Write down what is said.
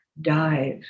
dive